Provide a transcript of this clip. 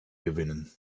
gewinnen